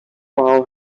file